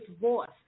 voice